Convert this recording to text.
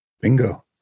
Bingo